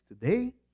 today